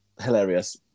hilarious